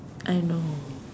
I know